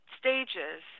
stages